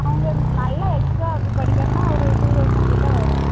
அவங்க நல்லா எக்ஸ்ட்ரா அப்படி படிக்கணும்னா ஒரு டூ தௌசண்கிட்ட வரும்